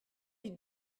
die